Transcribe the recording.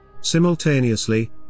Simultaneously